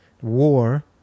war